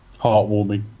Heartwarming